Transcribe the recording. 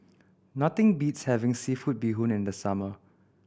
nothing beats having seafood bee hoon in the summer